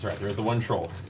there is the one troll.